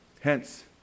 Hence